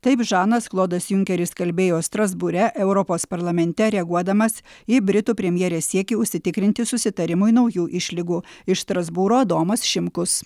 taip žanas klodas junkeris kalbėjo strasbūre europos parlamente reaguodamas į britų premjerės siekį užsitikrinti susitarimui naujų išlygų iš strasbūro adomas šimkus